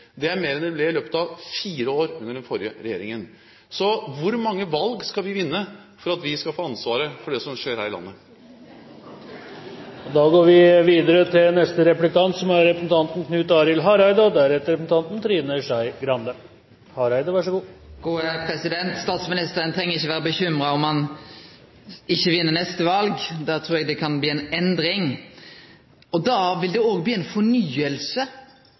Det er mer enn det ble i løpet av fire år under den forrige regjeringen. Så hvor mange valg skal vi vinne for at vi skal få ansvaret for det som skjer her i landet? Statsministeren treng ikkje vere bekymra om han ikkje vinn neste val. Då trur eg det kan bli ei endring. Da vil det òg bli